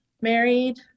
married